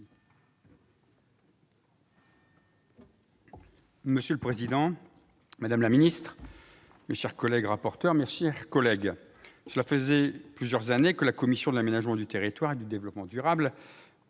Monsieur le président, madame la ministre, mes chers collègues, cela fait plusieurs années que la commission de l'aménagement du territoire et du développement durable